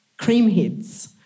creamheads